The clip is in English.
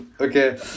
Okay